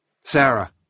Sarah